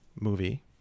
movie